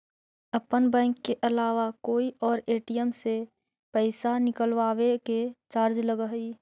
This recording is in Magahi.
अपन बैंक के अलावा कोई और ए.टी.एम से पइसा निकलवावे के चार्ज लगऽ हइ